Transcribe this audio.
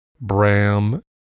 Bram